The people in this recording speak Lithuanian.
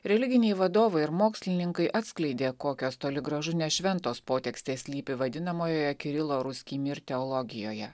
religiniai vadovai ir mokslininkai atskleidė kokios toli gražu ne šventos potekstės slypi vadinamojoje kirilo ruskyj myr teologijoje